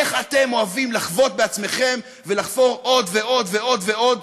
איך אתם אוהבים לחבוט בעצמכם ולחפור עוד ועוד ועוד ועוד